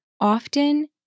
often